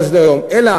תודה.